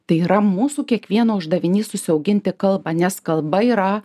tai yra mūsų kiekvieno uždavinys užsiauginti kalbą nes kalba yra